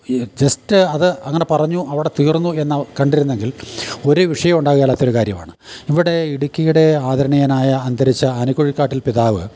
ഈ ജെസ്റ്റ് അത് അങ്ങനെ പറഞ്ഞു അവിടെ തീർന്നു എന്ന കണ്ടിരുന്നെങ്കിൽ ഒരു വിഷയമോ ഉണ്ടാകേലാത്തൊരു കാര്യമാണ് ഇവിടെ ഇടുക്കിയുടെ ആദരണീയനായ അന്തരിച്ച ആനകുഴിക്കാട്ടിൽ പിതാവ്